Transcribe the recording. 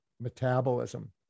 metabolism